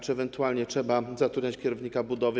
Czy ewentualnie trzeba zatrudniać kierownika budowy?